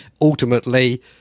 ultimately